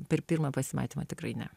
per pirmą pasimatymą tikrai ne